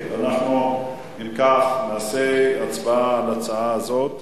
אם כך, נעשה הצבעה על הצעה זאת.